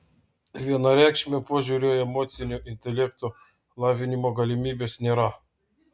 vienareikšmio požiūrio į emocinio intelekto lavinimo galimybes nėra